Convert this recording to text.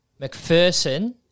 McPherson